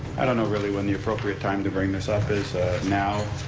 i don't know really when the appropriate time to bring this up is now,